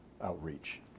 outreach